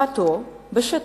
באכיפה בשטח,